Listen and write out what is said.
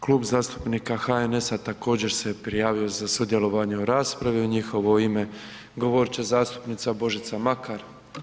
Klub zastupnika HNS-a također se prijavio za sudjelovanje u raspravi, u njihovo ime govorit će zastupnica Božica Makar.